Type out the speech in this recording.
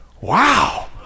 Wow